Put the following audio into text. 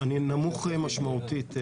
אני נמוך משמעותית.